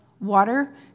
water